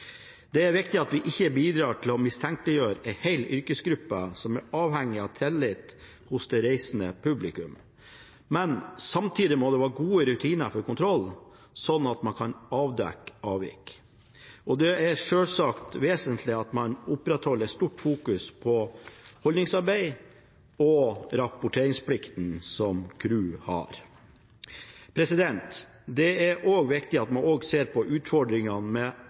Det er viktig at vi ikke bidrar til å mistenkeliggjøre en hel yrkesgruppe, som er avhengig av tillit hos det reisende publikum. Men samtidig må det være gode rutiner for kontroll, slik at man kan avdekke avvik, og det er selvsagt vesentlig at man opprettholder stor oppmerksomhet på holdningsarbeid og rapporteringsplikten som crewet har. Det er også viktig at man ser på utfordringene med